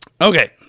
Okay